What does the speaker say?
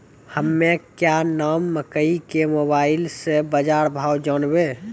हमें क्या नाम मकई के मोबाइल से बाजार भाव जनवे?